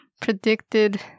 predicted